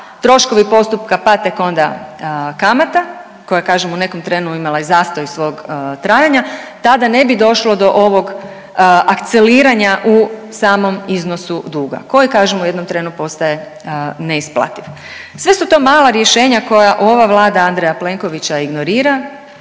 troškovi postupka, pa tek onda kamata koja kažem u nekom trenu imala i zastoj svog trajanja tada ne bi došlo do ovog akceliranja u samom iznosu duga koji kažem u jednom trenu potaje neisplativ. Sve su to mala rješenja koja ova Vlada Andreja Plenkovića ignorira,